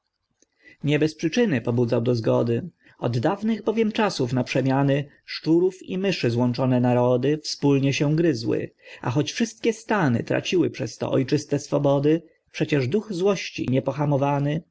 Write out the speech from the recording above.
nie bez przyczyny pobudzał do zgody od dawnych bowiem czasów na przemiany szczurów i myszy złączone narody wspólnie się gryzły a choć wszystkie stany traciły przez to ojczyste swobody przecież duch złości niepohamowany